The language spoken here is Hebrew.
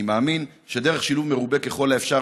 אני מאמין שדרך שילוב מרובה ככל האפשר